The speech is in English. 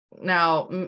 Now